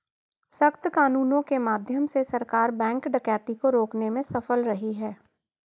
सख्त कानूनों के माध्यम से सरकार बैंक डकैती को रोकने में सफल रही है